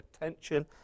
attention